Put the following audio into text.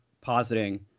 positing